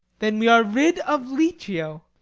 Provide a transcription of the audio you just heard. then we are rid of licio.